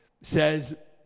says